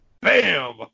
Bam